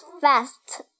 fast